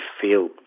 feel